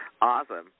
Awesome